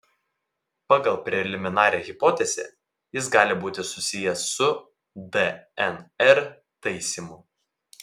pagal preliminarią hipotezę jis gali būti susijęs su dnr taisymu